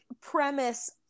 premise